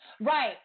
Right